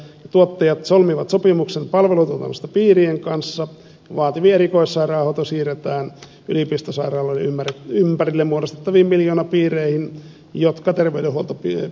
tuottajat solmivat sopimuksen palvelutuotannosta piirien kanssa ja vaativin erikoissairaanhoito siirretään yliopistosairaaloiden ympärille muodostettaviin miljoonapiireihin jotka terveydenhuoltopiirit omistavat